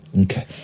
Okay